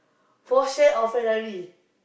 Porsche or Ferrari